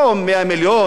לא מיליארד,